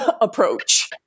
approach